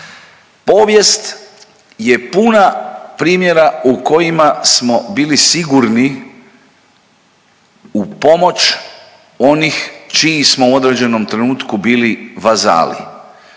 Povijest je puna primjera u kojima smo bili sigurni u pomoć onih čijih smo u određenom trenutku bili vazali.